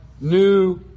new